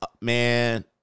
man